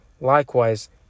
likewise